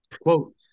quote